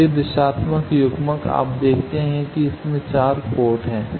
तो यह दिशात्मक युग्मक आप देखते हैं कि इसमें 4 पोर्ट हैं